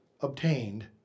obtained